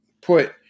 put